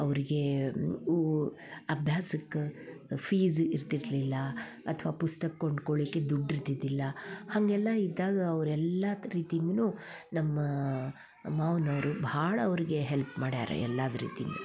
ಅವ್ರಿಗೆ ಓ ಅಭ್ಯಾಸಕ್ಕೆ ಫೀಸ್ ಇರ್ತಿರಲಿಲ್ಲ ಅಥ್ವಾ ಪುಸ್ತಕ ಕೊಂಡ್ಕೊಳ್ಳಿಕ್ಕೆ ದುಡ್ಡು ಇರ್ತಿದ್ದಿಲ್ಲ ಹಾಗೆಲ್ಲ ಇದ್ದಾಗ ಅವರೆಲ್ಲ ರೀತಿಯಿಂದಲೂ ನಮ್ಮ ಮಾವನವರು ಭಾಳ ಅವ್ರಿಗೆ ಹೆಲ್ಪ್ ಮಾಡ್ಯಾರೆ ಎಲ್ಲದು ರೀತಿಯಿಂದ